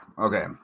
Okay